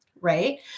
Right